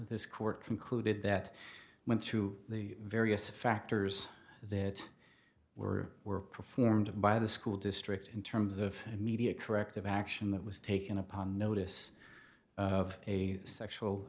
this court concluded that went through the various factors that were were performed by the school district in terms of media corrective action that was taken upon notice of a sexual